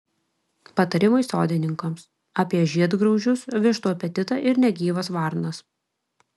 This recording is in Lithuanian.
patarimai sodininkams apie žiedgraužius vištų apetitą ir negyvas varnas